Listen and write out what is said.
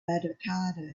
avocados